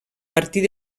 partir